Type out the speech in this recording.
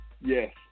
Yes